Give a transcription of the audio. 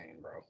bro